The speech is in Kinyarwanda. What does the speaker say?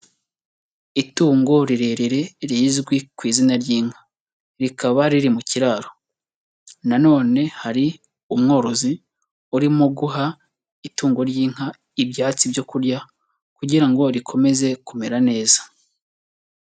Itungo rirerire rizwi ku izina ry'inka, rikaba riri mu kiraro, nanone hari umworozi urimo guha itungo ry'inka ibyatsi byo kurya kugira ngo rikomeze kumera neza.